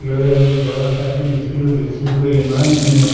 লৈ আহি ঘৰত আহি লিখিলোঁ লিখিবলৈ ইমান ধুনীয়া